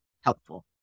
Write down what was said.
helpful